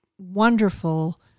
wonderful